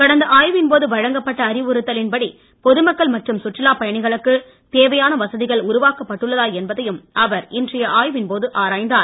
கடந்த ஆய்வின் போது வழங்கப்பட்ட அறிவுறுத்தலின் படி பொதுமக்கள் மற்றும் சுற்றுலா பயணிகளுக்கு தேவையான வசதிகள் உருவாக்கப்பட்டுள்ளதா என்பதையும் அவர் இன்றைய ஆய்வின் போது ஆராய்ந்தார்